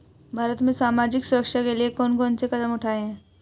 भारत में सामाजिक सुरक्षा के लिए कौन कौन से कदम उठाये हैं?